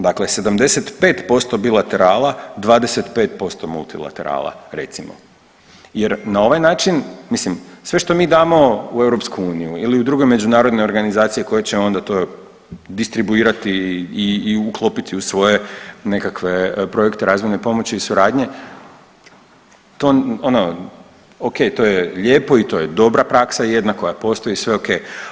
Dakle, 75% bilaterala, 25% multilaterala recimo jer na ovaj način, mislim sve što mi damo u EU ili u druge međunarodne organizacije koje će onda to distribuirati i uklopiti u svoje nekakve projekte razvojne pomoći i suradnje to, ono, ok to je lijepo i to je dobra praksa, jedna koja postoji i sve ok.